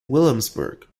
williamsburg